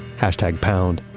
hashtag pound,